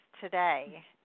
today